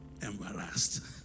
embarrassed